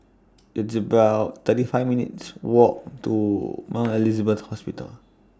It's about thirty five minutes' Walk to Mount Elizabeth Hospital